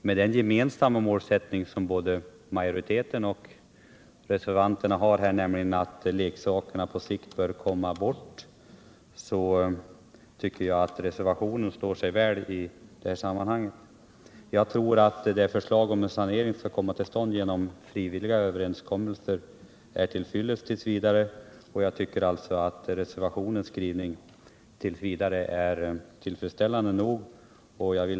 Med den gemensamma målsättning som utskottsmajoriteten och reservanterna har här, nämligen att krigsleksakerna på sikt bör försvinna, tycker jag att reservationen står sig väl i det här sammanhanget. Det som sägs i förslaget om att en sanering bör komma till stånd genom frivilliga överenskommelser tror jag är till fyllest tills vidare, och reservationens skrivning är därför tillfredsställande nog. Herr talman!